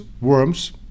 worms